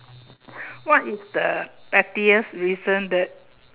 what is the pettiest recent dirt